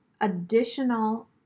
additional